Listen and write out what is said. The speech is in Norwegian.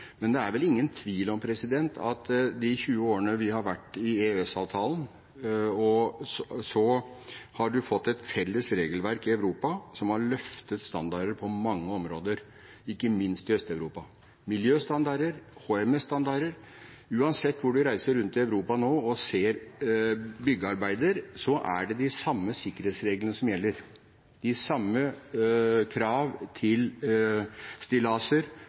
men det er vel ingen tvil om at i de 20 årene vi har hatt EØS-avtalen, har man fått et felles regelverk i Europa som har løftet standarder på mange områder, ikke minst i Øst-Europa. Miljøstandarder, HMS-standarder – uansett hvor man reiser rundt i Europa nå og ser byggearbeider, er det de samme sikkerhetsreglene som gjelder, de samme krav til